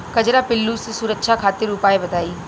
कजरा पिल्लू से सुरक्षा खातिर उपाय बताई?